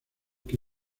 que